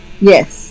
Yes